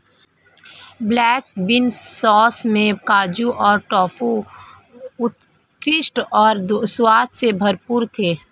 black bean sauce में काजू और टोफू उत्कृष्ट और स्वाद से भरपूर थे